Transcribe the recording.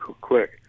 quick